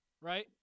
Right